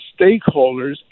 stakeholders